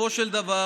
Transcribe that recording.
בסופו של דבר